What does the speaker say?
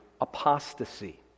apostasy